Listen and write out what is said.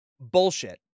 bullshit